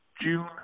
June